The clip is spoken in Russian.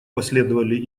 последовали